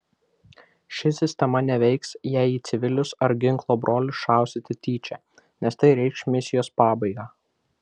ši sistema neveiks jei į civilius ar ginklo brolius šausite tyčia nes tai reikš misijos pabaigą